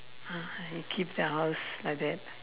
and keep the house like that